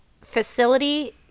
facility